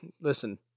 Listen